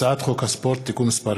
הצעת חוק הספורט (תיקון מס'